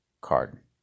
card